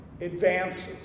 advances